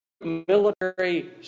military